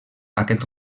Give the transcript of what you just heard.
aquest